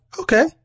okay